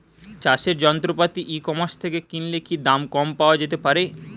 চাষের যন্ত্রপাতি e commerce থেকে কিনলে কি দাম কম পাওয়া যেতে পারে?